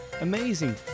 Amazing